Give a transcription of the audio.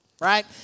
right